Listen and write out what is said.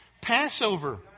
Passover